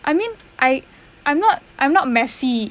I mean I I'm not I'm not messy